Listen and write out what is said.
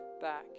back